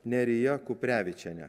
nerija kuprevičienė